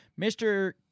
Mr